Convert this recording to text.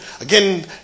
again